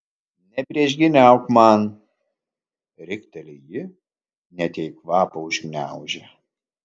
nepriešgyniauk man rikteli ji net jai kvapą užgniaužia